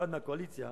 בפרט מהקואליציה,